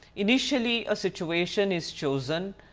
initially a situation is chosen,